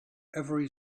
every